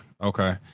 Okay